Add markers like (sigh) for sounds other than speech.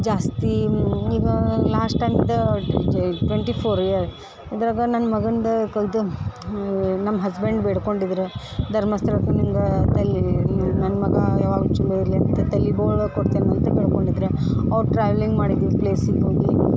ಜಾಸ್ತಿ (unintelligible) ಲಾಸ್ಟ್ ಟೈಮ್ದು twenty four year ಇದರಾಗ ನನ್ನ ಮಗಂದು ಇದು ನಮ್ಮ ಹಸ್ಬೆಂಡ್ ಬೇಡ್ಕೊಂಡಿದ್ರು ಧರ್ಮಸ್ಥಳ (unintelligible) ನನ್ನ ಮಗ ಯಾವಾಗಲೂ ಚಲೋ ಇರಲಿ ಅಂತ ತಲೆ ಬೋಳು ಕೊಡ್ತೀನಿ ಅಂತ ಬೇಡ್ಕೊಂಡಿದ್ರು ಅವ್ರು ಟ್ರಾವೆಲಿಂಗ್ ಮಾಡಿದ ಪ್ಲೇಸಿಗೆ ಹೋಗಿ